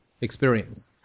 experience